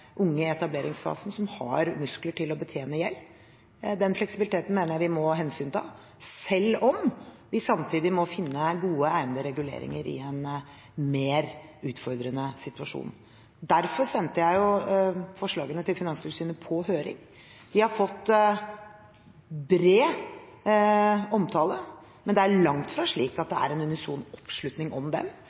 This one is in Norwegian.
unge i etableringsfasen som har muskler til å betjene gjeld. Den fleksibiliteten mener jeg vi må hensynta selv om vi samtidig må finne gode egnede reguleringer i en mer utfordrende situasjon. Derfor sendte jeg forslagene til Finanstilsynet på høring. De har fått bred omtale, men det er langt fra slik at det er en unison oppslutning om